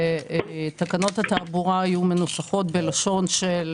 ותקנות התעבורה היו מנוסחות בלשון של